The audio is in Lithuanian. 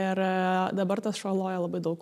ir dabar tas šuo loja labai daug